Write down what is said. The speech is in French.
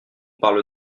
parle